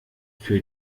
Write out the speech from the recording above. für